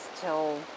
till